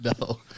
No